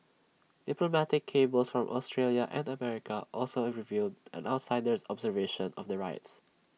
diplomatic cables from Australia and America also revealed an outsider's observation of the riots